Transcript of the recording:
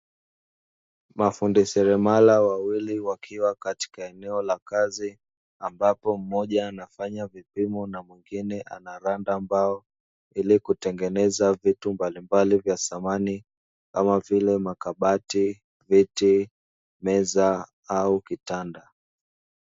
Mafundi seremala wawili wakiwa katika eneo la kazi ambapo mmoja anafanya vipimo na mwingine anaranda mbao ili kutengeneza vitu mbalimbali vya samani kama vile: makabati, viti, meza au kitanda.